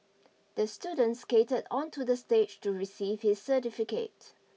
the student skated onto the stage to receive his certificate